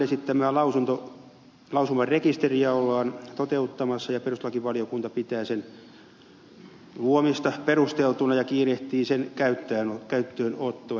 tarkastusvaliokunnan esittämää lausumarekisteriä ollaan toteuttamassa ja perustuslakivaliokunta pitää sen luomista perusteltuna ja kiirehtii sen käyttöönottoa